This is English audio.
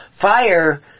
fire